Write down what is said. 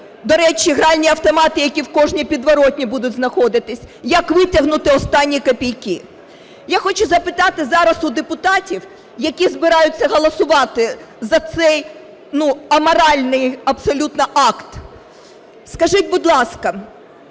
до речі, гральні автомати, які в кожній підворотні будуть знаходитись, як витягнути останні копійки. Я хочу запитати зараз у депутатів, які збираються голосувати за цей аморальний абсолютно акт. Скажіть, будь ласка,